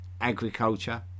Agriculture